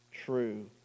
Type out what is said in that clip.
true